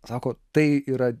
sako tai yra